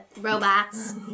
Robots